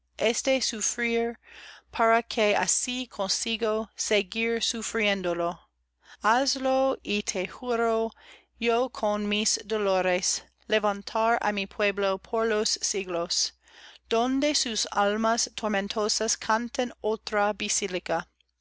este sufrir para que así consiga seguir sufriéndolo hazlo y te juro yo con mis dolores levantar á mi pueblo por los siglos donde sus almas tormentosas canten